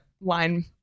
line